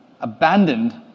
abandoned